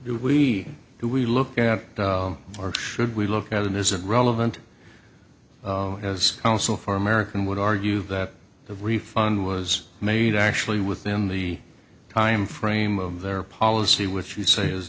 we we look at or should we look at it isn't relevant as counsel for american would argue that the refund was made actually within the timeframe of their policy which you say is